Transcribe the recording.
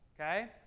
Okay